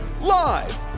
Live